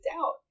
out